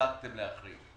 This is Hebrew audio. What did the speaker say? שהחלטתם להחריג,